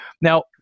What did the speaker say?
now